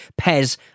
Pez